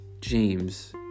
James